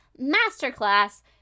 masterclass